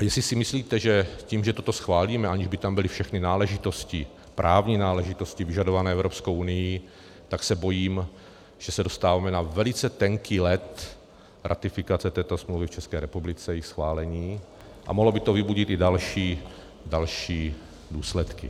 A jestli si myslíte, že tím, že toto schválíme, aniž by tam byly všechny náležitosti, právní náležitosti vyžadované Evropskou unií, tak se bojím, že se dostáváme na velice tenký led ratifikace této smlouvy v České republice, jejího schválení, a mohlo by to vybudit i další důsledky.